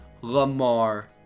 Lamar